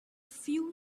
few